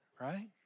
right